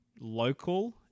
local